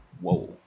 Whoa